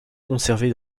conservées